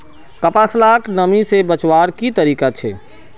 कपास लाक नमी से बचवार की तरीका छे?